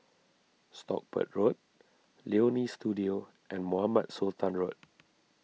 Stockport Road Leonie Studio and Mohamed Sultan Road